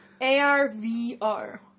A-R-V-R